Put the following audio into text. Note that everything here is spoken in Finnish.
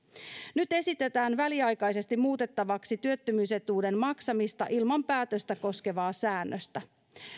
nyt esitetään väliaikaisesti muutettavaksi työttömyysetuuden maksamista ilman päätöstä koskevaa säännöstä